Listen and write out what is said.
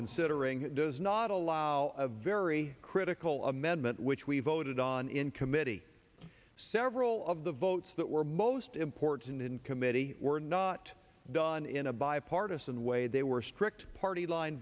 considering does not allow a very critical of madmen which we voted on in committee several of the votes that were most important in committee were not done in a bipartisan way they were strict party line